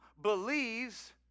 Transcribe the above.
believes